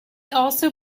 also